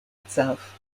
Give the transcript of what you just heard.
itself